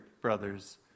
brothers